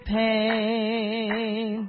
pain